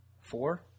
Four